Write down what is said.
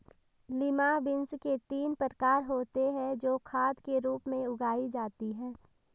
lima beans के तीन प्रकार होते हे जो खाद के रूप में उगाई जाती हें